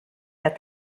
that